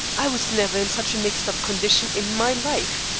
i was never in such a mixed-up condition in my life.